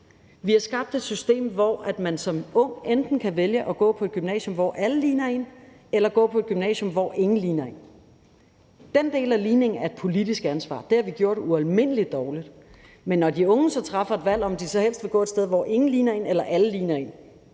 Vi har skabt et system, hvor man som ung enten kan vælge at gå på et gymnasium, hvor alle ligner en, eller gå på et gymnasium, hvor ingen ligner en. Den del af ligningen er et politisk ansvar. Det har vi gjort ualmindelig dårligt. Men når de unge så træffer et valg om, hvorvidt de helst vil gå et sted, hvor ingen ligner en, eller et sted,